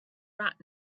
rat